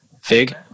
Fig